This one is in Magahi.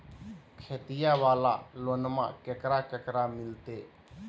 खेतिया वाला लोनमा केकरा केकरा मिलते?